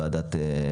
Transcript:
בהידברות עם משרד